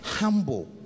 humble